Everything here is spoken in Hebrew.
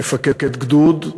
מפקד גדוד,